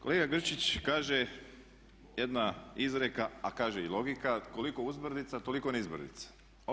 Kolega Grčić kaže jedna izreka, a kaže i logika koliko uzbrdica, toliko nizbrdica.